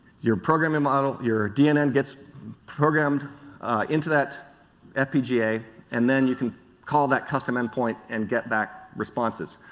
your programming model, your dnn gets programmed into that fpga and then you can call that custom end point and get back responses.